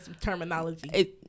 terminology